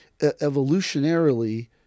evolutionarily